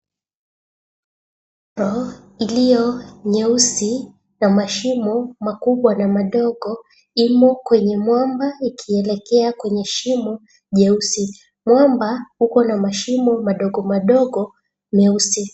Iliyo nyeusi na mashimo makubwa na madogo imo kwenye mwamba ikielekea kwenye shimo jeusi. Mwamba uko na mashimo madogo madogo meusi.